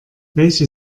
welche